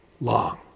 long